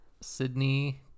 Sydney